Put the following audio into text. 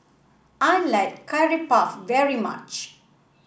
I like Curry Puff very much